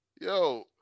Yo